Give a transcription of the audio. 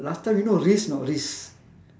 last time you know risk know risk